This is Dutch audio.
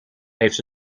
heeft